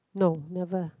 no never